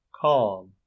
calm